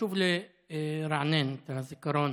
חשוב לרענן את הזיכרון